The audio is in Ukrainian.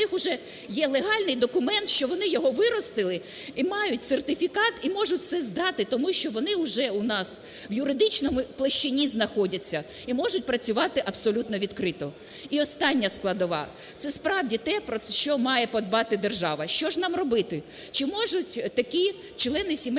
в них уже є легальний документ, що вони його виростили і мають сертифікат, і можуть все здати. Тому що вони вже у нас в юридичній площині знаходяться і можуть працювати абсолютно відкрито. І остання складова – це справді те, про що має подбати держава. Що ж нам робити? Чи можуть такі члени сімейного